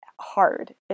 hard